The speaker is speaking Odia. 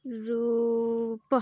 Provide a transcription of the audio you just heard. ରୂପ